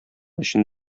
өчен